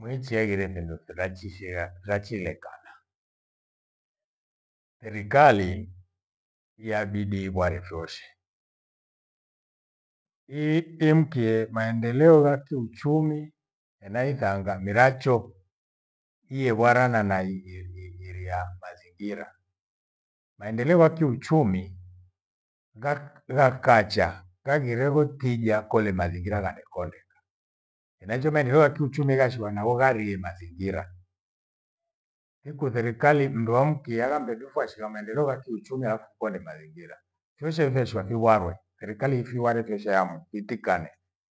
Muichi aghire findo firachishie ghachilekana. Serikali yabidi iigware voshe. Hii imkie mendeleo ghakiuchumi ena ikaanga miracho iigwara na nai- i- i- iria mazingira. Maendeo wa kiuchumi ghak- ghakacha ghaghire ghotija kole mazingira ghane kondeka. Henaicho maendeleo yakiuchumi ghashigha nao garii mzingira. Hiku serikali mndu wamkia halambedu kwashigha maendeleo kakiuchumi hafu kuone mazingira. Fioshe veshwa kigwarwe, serikali ifiware kwesha ya mkwiti kane.